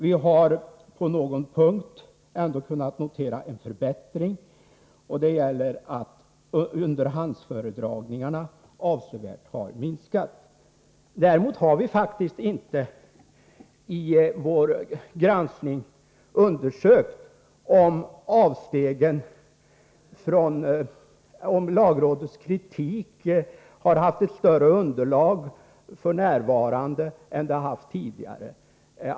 Vi har på någon punkt ändå kunnat notera en förbättring. Det gäller t.ex. att underhandsföredragningarna avsevärt har minskat. Däremot har vi faktiskt inte i vår granskning undersökt om lagrådets kritik har haft ett större underlag f. n. än tidigare.